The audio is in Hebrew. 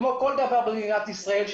כמו כל דבר במדינת ישראל,